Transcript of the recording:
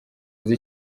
azi